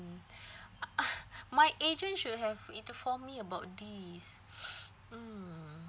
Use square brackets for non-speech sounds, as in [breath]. [laughs] my agent should have informed me about this [breath] mm